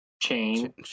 chain